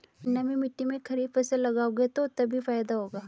नमी मिट्टी में खरीफ फसल लगाओगे तभी फायदा होगा